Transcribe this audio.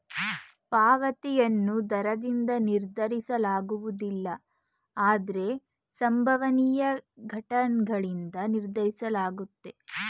ಪಾವತಿಯನ್ನು ದರದಿಂದ ನಿರ್ಧರಿಸಲಾಗುವುದಿಲ್ಲ ಆದ್ರೆ ಸಂಭವನೀಯ ಘಟನ್ಗಳಿಂದ ನಿರ್ಧರಿಸಲಾಗುತ್ತೆ